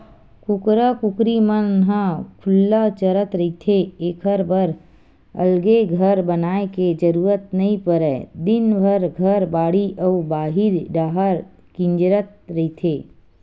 कुकरा कुकरी मन ह खुल्ला चरत रहिथे एखर बर अलगे घर बनाए के जरूरत नइ परय दिनभर घर, बाड़ी अउ बाहिर डाहर किंजरत रहिथे